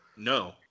No